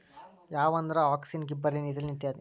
ಯಾವಂದ್ರ auxin, gibberellin, ethylene ಇತ್ಯಾದಿ